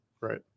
right